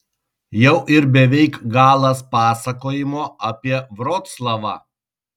jau ir beveik galas pasakojimo apie vroclavą